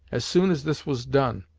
as soon as this was done,